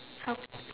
how